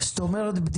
זאת אומרת,